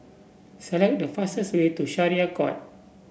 select the fastest way to Syariah Court